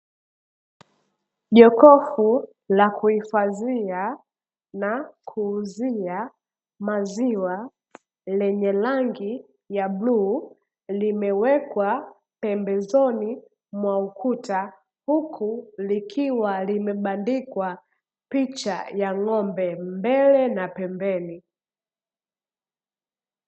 Jokofu na kuhifadhia na kuuzia maziwa lenye rangi ya bluu, limewekwa pembezoni mwa ukuta huku limebendikwa picha ya ng'ombe mbele na pembeni.